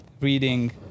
reading